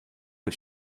was